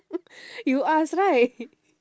you ask right